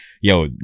yo